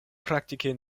praktike